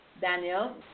Daniel